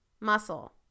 muscle